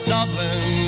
Dublin